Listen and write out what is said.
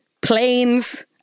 planes